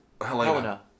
Helena